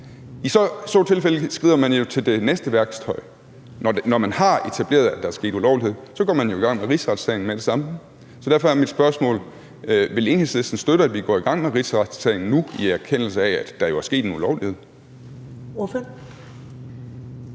I så tilfælde skrider man jo til det næste værktøj. Når man har etableret, at der er sket en ulovlighed, går man jo i gang med rigsretssagen med det samme. Derfor er mit spørgsmål: Vil Enhedslisten støtte, at vi går i gang med rigsretssagen nu, i erkendelse af at der jo er sket en ulovlighed? Kl.